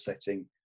setting